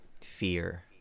fear